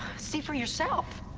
see for yourself!